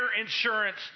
insurance